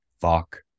fuck